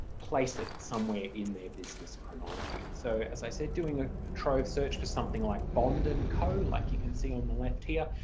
place it somewhere in their business chronology. so as i said doing a trove search for something like bond and co like you can see on the left here